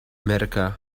america